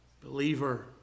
Believer